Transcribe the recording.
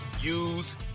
use